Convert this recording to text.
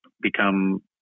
become